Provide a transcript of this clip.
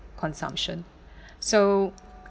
consumption so